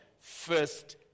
first